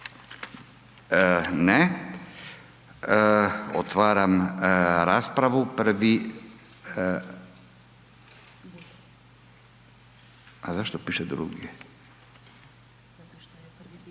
Ne. Otvaram raspravu prvi, a zašto piše drugi, aha dobro.